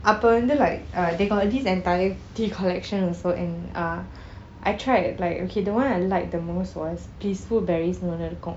அப்பே வந்து:appei vanthu like uh they got this entire tea collection also and uh I tried like okay the one I like the most was peaceful berries நல்லாற்கும்:nallarkum